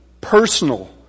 personal